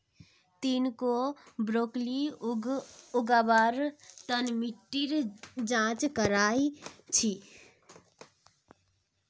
ती की ब्रोकली उगव्वार तन मिट्टीर जांच करया छि?